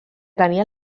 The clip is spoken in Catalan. tenia